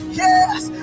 yes